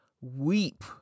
weep